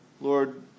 Lord